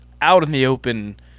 out-in-the-open